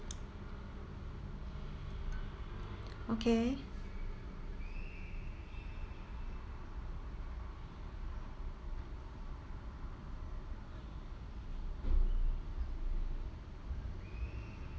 okay